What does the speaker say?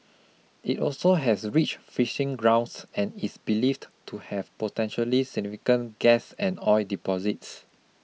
it also has rich fishing grounds and is believed to have potentially significant gas and oil deposits